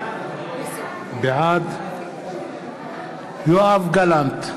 בעד יואב גלנט,